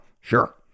sure